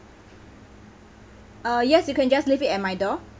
uh yes you can just leave it at my door